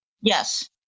Yes